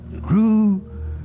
grew